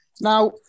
Now